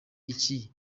iki